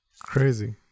crazy